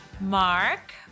Mark